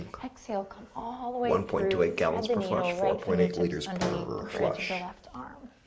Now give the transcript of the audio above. exhale, come all the way through. thread the needle. right fingertips underneath the bridge of the left arm.